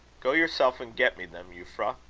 go yourself and get me them, euphra.